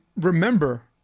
remember